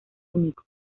único